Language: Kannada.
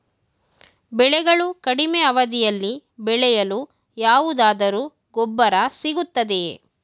ಬೆಳೆಗಳು ಕಡಿಮೆ ಅವಧಿಯಲ್ಲಿ ಬೆಳೆಯಲು ಯಾವುದಾದರು ಗೊಬ್ಬರ ಸಿಗುತ್ತದೆಯೇ?